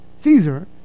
Caesar